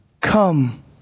Come